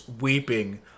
weeping